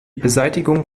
beseitigung